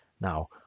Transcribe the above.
Now